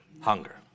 hunger